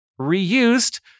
reused